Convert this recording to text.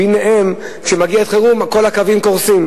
והנה, כשמגיעה עת חירום כל הקווים קורסים.